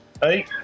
Hey